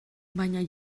baina